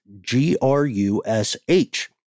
G-R-U-S-H